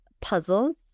puzzles